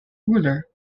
ruler